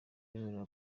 ibemerera